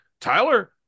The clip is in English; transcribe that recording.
Tyler